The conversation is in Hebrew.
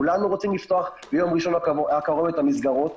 כולנו רוצים לפתוח ביום ראשון הקרוב את המסגרות.